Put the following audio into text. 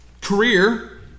career